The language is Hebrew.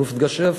"לופט געשעפט",